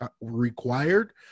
required